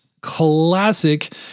classic